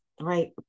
right